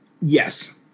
yes